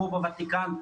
כמו בוותיקן,